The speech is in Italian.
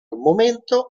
momento